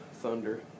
Thunder